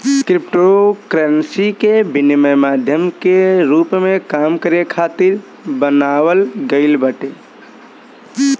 cryptocurrency के विनिमय माध्यम के रूप में काम करे खातिर बनावल गईल बाटे